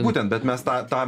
būtent bet mes tą tą